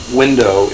window